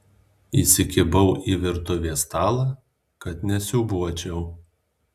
įsikibau į virtuvės stalą kad nesiūbuočiau